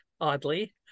oddly